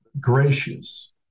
gracious